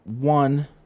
one